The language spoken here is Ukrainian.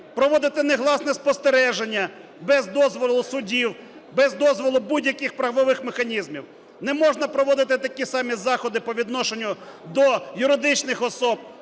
проводити негласне спостереження без дозволу судів, без дозволу будь-яких правових механізмів, не можна проводити такі самі заходи по відношенню до юридичних осіб,